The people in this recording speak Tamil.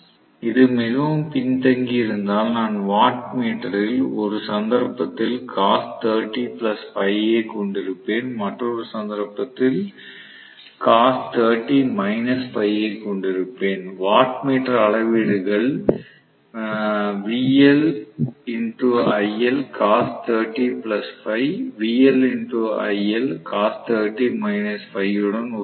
இது மிகவும் பின்தங்கியிருந்தால் நான் வாட்மீட்டரில் ஒரு சந்தர்ப்பத்தில் ஐ கொண்டிருப்பேன் மற்றறொரு சந்தர்ப்பத்தில் கொண்டிருப்பேன் வாட்மீட்டர் அளவீடுகள் உடன் ஒத்திருக்கும்